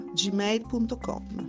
gmail.com